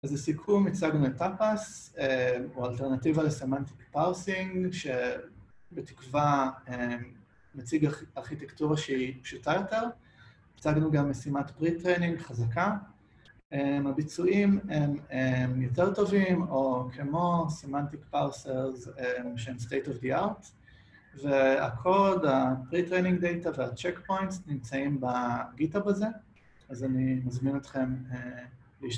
אז לסיכום הצגנו מטאפס, או אלטרנטיבה לסמנטיק פארסינג, שבתקווה מציגה ארכיטקטורה שהיא פשוטה יותר. הצגנו גם משימת פרי-טרנינג חזקה. הביצועים הם יותר טובים, או כמו סמנטיק פארסר, זה ממשם state of the art. והקוד, ה-pre-training data וה-checkpoints נמצאים בgithub הזה. אז אני מזמין אתכם להשתמש.